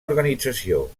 organització